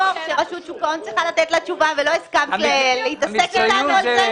שרשות שוק ההון צריכה לתת לה תשובה ולא הסכמת להתעסק אתנו על זה?